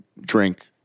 drink